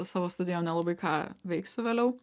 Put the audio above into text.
savo studijom nelabai ką veiksiu vėliau